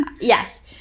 Yes